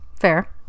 fair